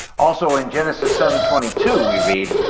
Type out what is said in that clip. also, in genesis seven twenty two, we read,